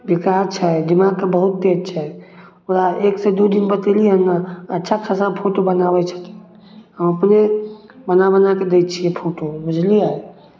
विकास छै दिमागके बहुत तेज छै ओकरा एकसँ दू दिन बतेलियै ने अच्छा खासा फोटो बनाबै छथिन हम अपने बना बना कऽ दै छियै फोटो बुझलियै